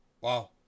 wow